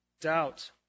doubt